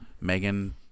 Megan